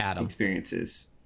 experiences